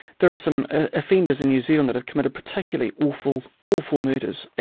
there are some offenders in new zealand that have committed particularly awful, awful murders,